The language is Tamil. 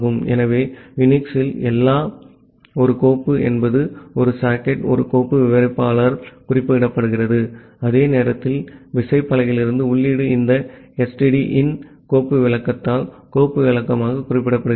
ஆகவே யுனிக்ஸ் இல் எல்லாம் ஒரு கோப்பு என்பது ஒரு சாக்கெட் ஒரு கோப்பு விவரிப்பாளரால் குறிக்கப்படுகிறது அதே நேரத்தில் விசைப்பலகையிலிருந்து உள்ளீடு இந்த STDIN கோப்பு விளக்கத்தால் கோப்பு விளக்கமாக குறிப்பிடப்படுகிறது